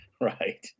Right